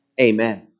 Amen